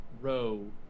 row